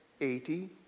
eighty